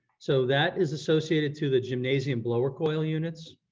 so that is associated to the gymnasium blower coil units.